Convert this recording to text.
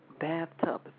bathtub